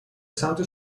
سمت